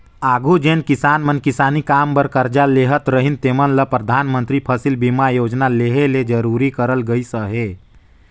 आघु जेन किसान मन किसानी काम बर करजा लेहत रहिन तेमन ल परधानमंतरी फसिल बीमा योजना लेहे ले जरूरी करल गइस अहे